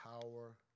power